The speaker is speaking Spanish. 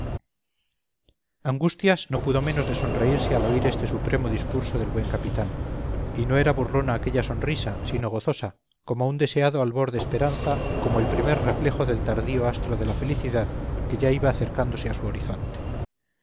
angustias no pudo menos de sonreírse al oír este supremo discurso del buen capitán y no era burlona aquella sonrisa sino gozosa como un deseado albor de esperanza como el primer reflejo del tardío astro de la felicidad que ya iba acercándose a su horizonte